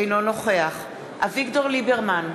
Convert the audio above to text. אינו נוכח אביגדור ליברמן,